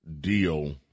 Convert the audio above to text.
deal